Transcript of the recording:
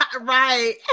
Right